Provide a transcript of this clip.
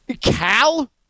Cal